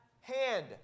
hand